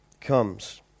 comes